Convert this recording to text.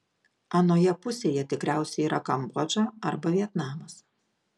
anoje pusėje tikriausiai yra kambodža arba vietnamas